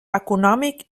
econòmic